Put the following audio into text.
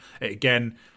Again